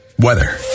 Weather